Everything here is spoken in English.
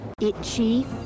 Itchy